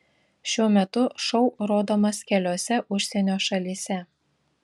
šiuo metu šou rodomas keliose užsienio šalyse